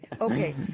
okay